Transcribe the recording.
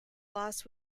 loss